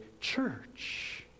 church